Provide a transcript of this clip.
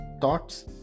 thoughts